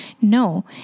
No